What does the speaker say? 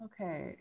Okay